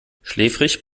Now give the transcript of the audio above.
schläfrig